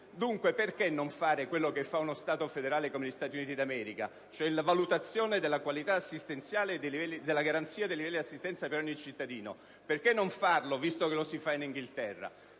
Dunque, perché non fare quello che fa uno Stato federale come gli Stati Uniti d'America, cioè la valutazione della qualità assistenziale con la garanzia dei livelli di assistenza per ogni cittadino? Perché non farlo, visto che lo si fa in Inghilterra?